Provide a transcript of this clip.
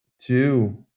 two